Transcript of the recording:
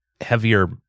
heavier